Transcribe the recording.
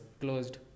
closed